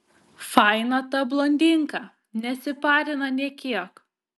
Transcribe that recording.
faina ta blondinka nesiparina nė kiek